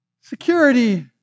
security